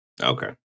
Okay